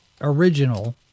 original